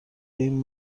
این